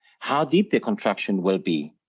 how deep the contraction will be,